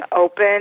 open